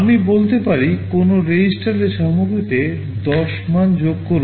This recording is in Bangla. আমি বলতে পারি কোনও রেজিস্টারের সামগ্রীতে 10 মান যোগ করুন